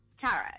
Tara